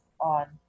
on